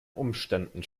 umständen